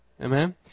Amen